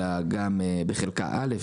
אלא גם בחלקה א',